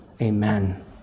amen